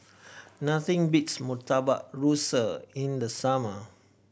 nothing beats Murtabak Rusa in the summer